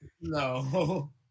no